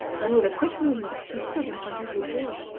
when with a quick movement he stood in front of the door.